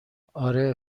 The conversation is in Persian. آره